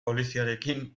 poliziarekin